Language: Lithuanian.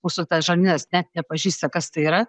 mūsų tas žarnynas net nepažįsta kas tai yra